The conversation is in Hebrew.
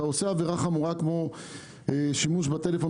אתה עושה עבירה חמורה כמו שימוש בטלפון